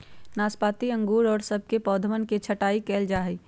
नाशपाती अंगूर और सब के पौधवन के छटाई कइल जाहई